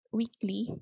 weekly